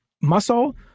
muscle